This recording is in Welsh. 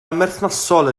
amherthnasol